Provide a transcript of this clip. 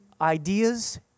ideas